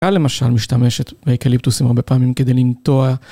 קק"ל למשל, משתמשת באקליפטוסים הרבה פעמים כדי לנטוע